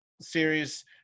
series